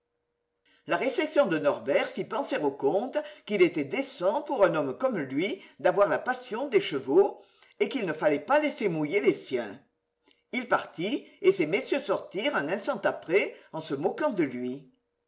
la réflexion de norbert fit penser au comte qu'il était décent pour un homme comme lui d'avoir la passion des chevaux et qu'il ne fallait pas laisser mouiller les siens il partit et ces messieurs sortirent un instant après en se moquant de lui